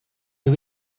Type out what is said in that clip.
you